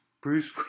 Bruce